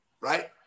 right